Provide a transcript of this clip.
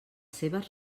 seves